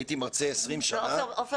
הייתי מרצה 20 שנה --- עופר,